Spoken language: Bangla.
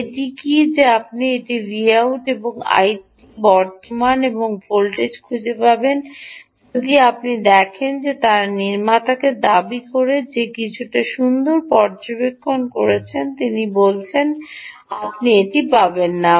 এটি কী যে আপনি এটি Vout এবং আইটি বর্তমান এবং ভোল্টেজ খুঁজে পাবেন যদি আপনি দেখেন যে তারা নির্মাতাকে দাবী করে যে তিনি কিছু সুন্দর পর্যবেক্ষণ করেছেন তিনি বলেছেন আপনি এটি পাবেন না